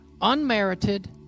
Unmerited